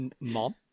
Mom